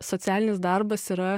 socialinis darbas yra